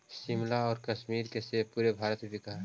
शिमला आउ कश्मीर के सेब पूरे भारत में बिकऽ हइ